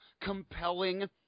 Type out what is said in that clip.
compelling